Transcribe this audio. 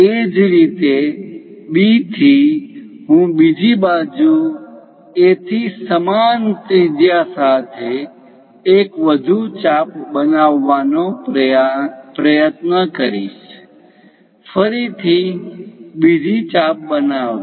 એ જ રીતે B થી હું બીજી બાજુ એથી સમાન ત્રિજ્યા સાથે એક વધુ ચાપ બનાવવાનો પ્રયત્ન કરીશ ફરીથી બીજી ચાપ બનાવવી